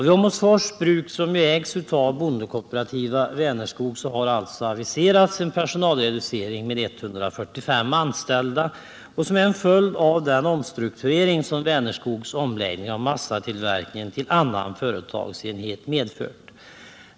Vid Åmotfors Bruk, som ägs av bondekooperativa Vänerskog, har aviserats en personalreducering med 145 anställda som en följd av den omstrukturering som Vänerskogs omläggning av massatillverkningen till annan företagsenhet har medfört.